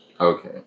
Okay